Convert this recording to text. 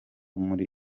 muri